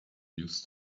used